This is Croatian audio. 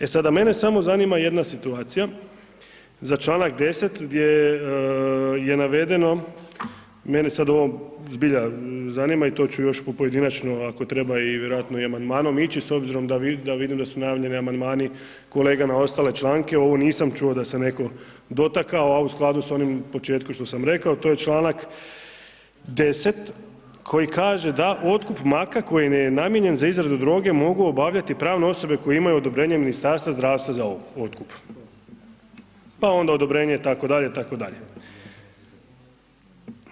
E, sada, mene samo zanima jedna situacija, za čl. 10. gdje je navedeno, mene sad ovo zbilja zanima i to ću još u pojedinačno, ako treba i vjerojatno i amandmanom ići s obzirom da vidim da su najavljeni amandmani kolega na ostale članke, ovo nisam čuo da se netko dotakao, a u skladu s onim u početku što sam rekao, to je čl. 10. koji kaže da otkup maka koji je namijenjen za izradu droge mogu obavljati pravne osobe koje imaju odobrenje Ministarstva zdravstva za otkup, pa onda odobrenje itd., itd.